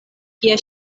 kie